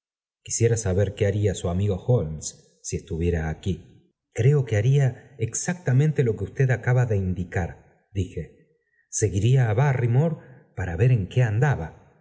quisiera saber qué haría su amigo holmes si estuviera aquí creo que haría exactamente lo que usted acaba de indicar dije seguiría á barrymore para ver en qué andaba